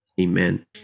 amen